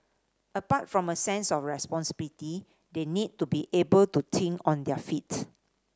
apart from a sense of responsibility they need to be able to think on their feet